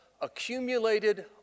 accumulated